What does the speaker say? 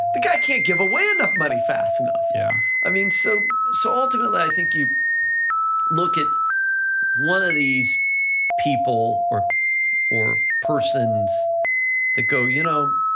the guy can't give away enough money fast enough. yeah i mean, so so ultimately, i think you look at one of these people or or persons that go, you know